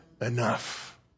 enough